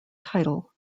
title